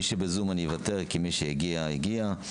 מי שבזום אני אוותר כי מי שהגיע הגיע.